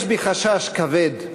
יש בי חשש כבד,